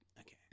okay